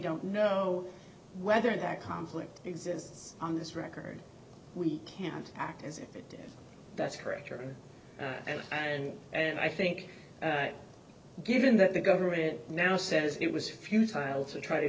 don't know whether that conflict exists on this record we can't act as if it did that's correct or and and and i think given that the government now says it was futile to try to